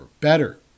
better